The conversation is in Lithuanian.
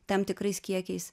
tam tikrais kiekiais